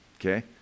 okay